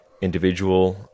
individual